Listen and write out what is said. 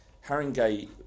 Harringay